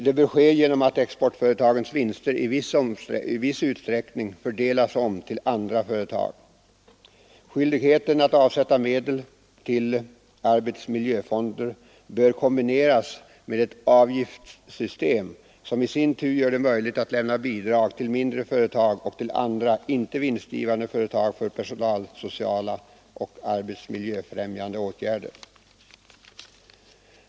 Det bör ske genom att exportföretagens vinster i viss utsträckning fördelas om till andra företag. Skyldigheten att avsätta medel till arbetsmiljöfonder bör kombineras med ett avgiftssystem, som i sin tur gör det möjligt att lämna bidrag till mindre företag och till andra, inte vinstgivande företag för personalsociala och arbetsmiljöfrämjande åtgärder.